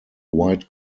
white